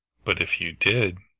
but if you did,